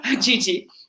Gigi